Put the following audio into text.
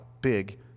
big